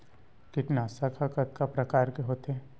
कीटनाशक ह कतका प्रकार के होथे?